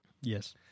yes